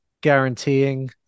guaranteeing